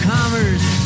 Commerce